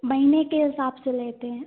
महीने के हिसाब से लेते हैं